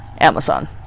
Amazon